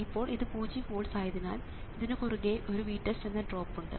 ഇപ്പോൾ ഇത് പൂജ്യം വോൾട്സ് ആയതിനാൽ ഇതിനു കുറുകെ ഒരു VTEST എന്ന ഡ്രോപ്പ് ഉണ്ട്